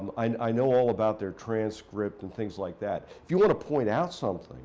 i know all about their transcript and things like that. if you want to point out something